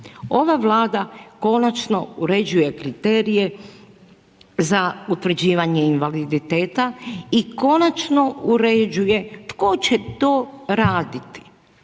Ova Vlada konačno uređuje kriterije za utvrđivanje invaliditeta i konačno uređuje tko će to raditi.